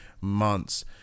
months